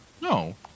No